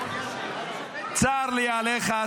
צר לי עליך,